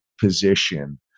position